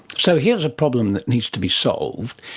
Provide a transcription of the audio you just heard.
so here's a problem that needs to be solved,